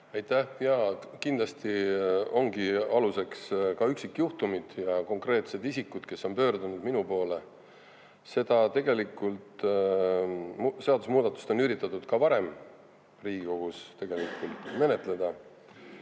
Aitäh! Jaa, kindlasti ongi aluseks üksikjuhtumid ja konkreetsed isikud, kes on pöördunud minu poole. Tegelikult on seda seadusemuudatust üritatud ka varem Riigikogus menetleda.